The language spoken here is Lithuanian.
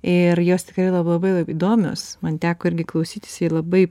ir jos tikrai labai įdomios man teko irgi klausytis ir labai